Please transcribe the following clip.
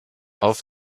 auf